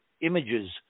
images